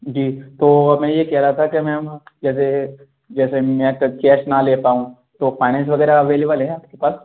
जी तो अब मैं ये कह रहा था कि मैम जैसे जैसे मैं कैश ना ले पाऊँ तो फाइनैंस वग़ैरह अवेलेबल है आपके पास